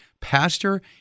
pastor